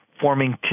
forming